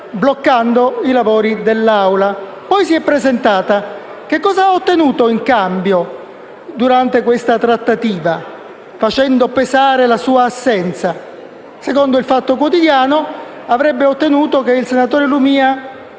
bloccando i lavori dell'Assemblea. Poi si è presentata. Che cosa ha ottenuto in cambio, durante questa trattativa, facendo pesare la sua assenza? Secondo «il Fatto Quotidiano» avrebbe ottenuto l'impegno del senatore Lumia